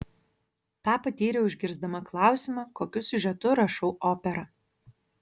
tą patyriau išgirsdama klausimą kokiu siužetu rašau operą